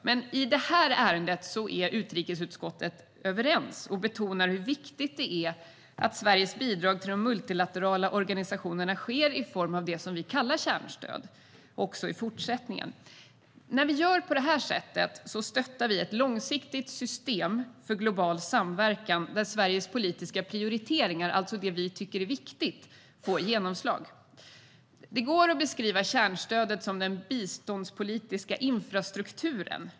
Men i detta ärende är utrikesutskottet överens och betonar hur viktigt det är att Sveriges bidrag till de multilaterala organisationerna också i fortsättningen sker i form av det som vi kallar kärnstöd. När vi gör på det här sättet stöttar vi ett långsiktigt system för global samverkan där Sveriges politiska prioriteringar, det vill säga det vi tycker är viktigt, får genomslag. Det går att beskriva kärnstödet som den biståndspolitiska infrastrukturen.